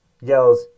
yells